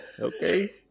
Okay